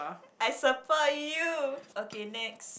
I support you okay next